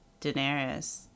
Daenerys